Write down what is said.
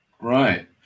Right